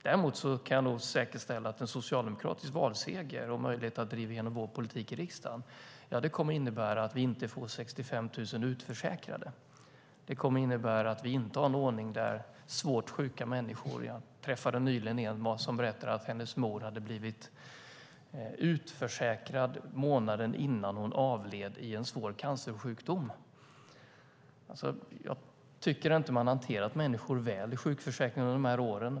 Däremot kan jag nog säkerställa att en socialdemokratisk valseger med möjlighet att driva igenom vår politik i riksdagen kommer att innebära att vi inte får 65 000 utförsäkrade. Jag träffade nyligen en kvinna som berättade att hennes mor hade blivit utförsäkrad månaden innan hon avled i en svår cancersjukdom. Jag tycker inte att man har hanterat människor väl i sjukförsäkringen under de här åren.